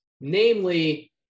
namely